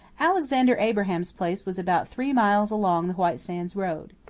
alexander abraham's place was about three miles along the white sands road.